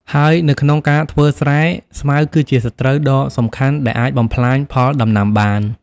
ហើយនៅក្នុងការធ្វើស្រែ ស្មៅគឺជាសត្រូវដ៏សំខាន់ដែលអាចបំផ្លាញផលដំណាំបាន។